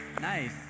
Nice